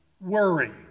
worry